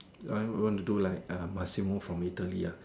I I want to do like uh Massimo from Italy ah